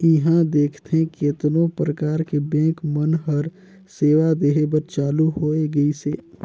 इहां देखथे केतनो परकार के बेंक मन हर सेवा देहे बर चालु होय गइसे